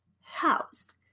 housed